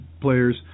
players